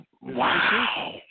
Wow